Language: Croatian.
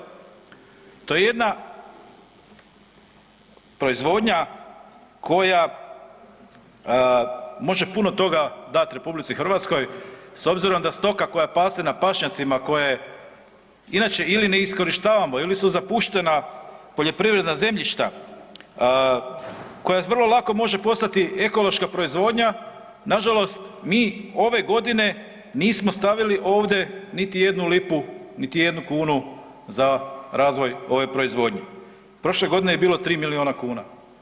To je jedna proizvodnja koja može puno toga dati RH, s obzirom da stoka koja pase na pašnjacima koja inače ili ne iskorištavamo ili su zapuštena poljoprivredna zemljišta, koja vrlo lako može postati ekološka proizvodnja, nažalost mi ove godine nismo stavili ovde niti jednu lipu niti jednu kunu za razvoj ove proizvodnje, prošle godine je bilo 3 milijuna kuna.